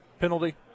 penalty